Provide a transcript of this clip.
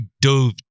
dove